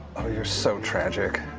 oh, you're so tragic.